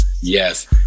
Yes